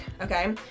okay